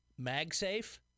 MagSafe